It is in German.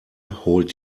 holt